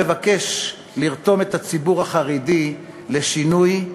מבקש לרתום את הציבור החרדי לשינוי,